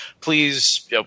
Please